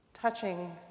Touching